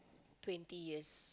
twenty years